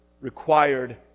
required